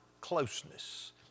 closeness